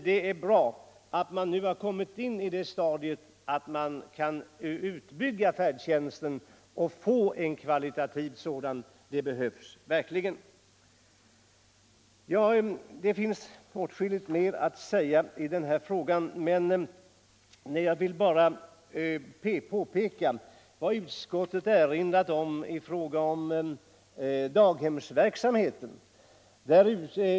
Det är bra att man nu har nått till det stadiet att man kan utbygga färdtjänsten och skapa en kvalitativt högtstående sådan; det behövs verkligen. Det finns åtskilligt mer att säga i den här frågan, men jag vill bara peka på vad utskottet har anfört i fråga om daghemsverksamheten.